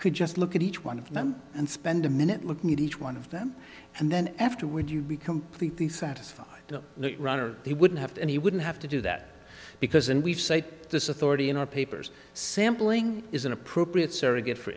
could just look at each one of them and spend a minute looking at each one of them and then afterward you'd be completely satisfied to run or they wouldn't have to and he wouldn't have to do that because and we've say this authority in our papers sampling is an appropriate surrogate for